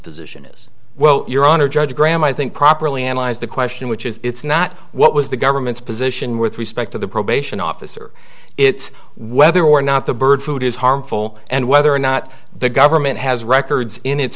position is well your honor judge graham i think properly analyze the question which is it's not what was the government's position with respect to the probation officer it's whether or not the bird food is harmful and whether or not the government has records in its